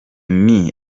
nti